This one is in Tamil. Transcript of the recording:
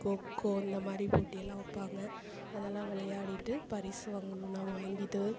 கோகோ இந்த மாதிரி போட்டி எல்லாம் வைப்பாங்க அதெல்லாம் விளையாடிகிட்டு பரிசு வாங்கணும்னா வாங்கிட்டு